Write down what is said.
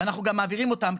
ואנחנו גם מעבירים אותם,